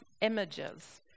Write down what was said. images